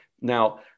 Now